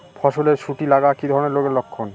ফসলে শুটি লাগা কি ধরনের রোগের লক্ষণ?